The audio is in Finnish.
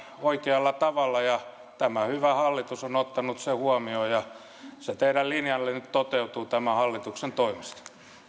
oikealla tavalla ja tämä hyvä hallitus on ottanut sen huomioon se teidän linjanne nyt toteutuu tämän hallituksen toimesta